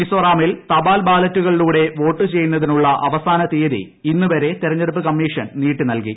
മിസോറാമിൽ തപാൽ ബാലറ്റുകളിലൂടെ വോട്ട് ചെയ്യുന്നതിനുള്ള അവസാന തീയതി ഇന്ന് വരെ തെരഞ്ഞെടുപ്പ് കമ്മീഷൻ നീട്ടി നൽകി